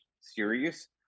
serious